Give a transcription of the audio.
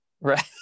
Right